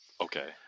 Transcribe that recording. okay